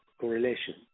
correlation